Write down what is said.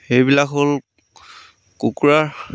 সেইবিলাক হ'ল কুকুৰাৰ